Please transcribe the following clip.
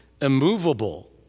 immovable